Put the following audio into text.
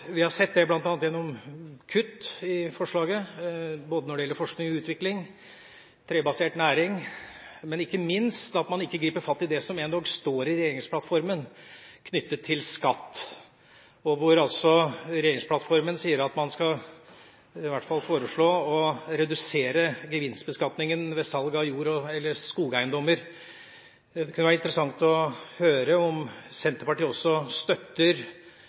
Vi har sett dette bl.a. gjennom kutt i forslaget når det gjelder både forskning og utvikling og trebasert næring, men ikke minst ved at man ikke griper fatt i det som endog står i regjeringsplattformen knyttet til skatt, hvor man altså i regjeringsplattformen sier at man i hvert fall skal foreslå å redusere gevinstbeskatningen ved salg av skogeiendommer. Det kunne være interessant å høre om Senterpartiet også støtter